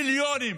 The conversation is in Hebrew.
מיליונים,